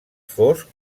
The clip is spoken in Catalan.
fosc